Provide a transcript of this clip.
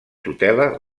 tutela